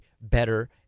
better